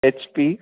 H P